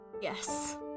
Yes